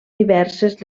diverses